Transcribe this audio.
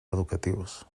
educatius